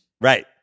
Right